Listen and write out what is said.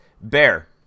bear